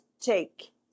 take